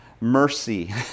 mercy